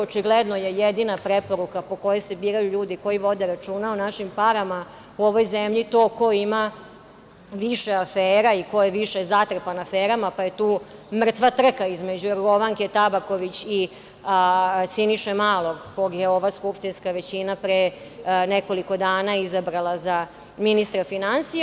Očigledna preporuka po kojoj se biraju ljudi koji vode računa o našim parama u ovoj zemlji je ko ima više afera i ko je više zatrpan aferama, pa je tu mrtva trka između Jorgovanke Tabaković i Siniše Malog, kojeg je ova skupštinska većina pre nekoliko dana izabrala za ministra finansija.